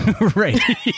Right